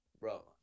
bro